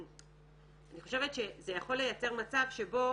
ואני חושבת שזה יכול לייצר מצב שבו